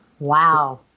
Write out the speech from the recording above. Wow